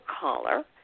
caller